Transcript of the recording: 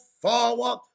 forward